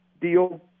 deal